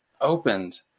opened